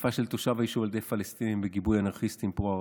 תקיפה של תושב היישוב על ידי פלסטינים בגיבוי אנרכיסטים פרו-ערבים,